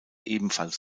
ebenfalls